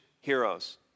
heroes